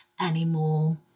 anymore